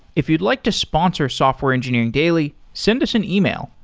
if you'd like to sponsor software engineering daily send us an email,